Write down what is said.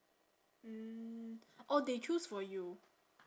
mm oh they choose for you